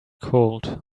cold